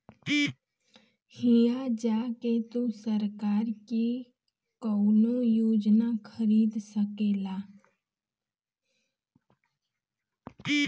हिया जा के तू सरकार की कउनो योजना खरीद सकेला